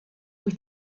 wyt